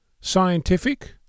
Scientific